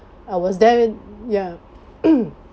I was there ya